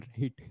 right